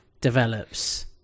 develops